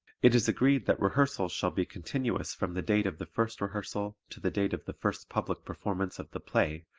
it is agreed that rehearsals shall be continuous from the date of the first rehearsal to the date of the first public performance of the play,